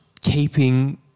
keeping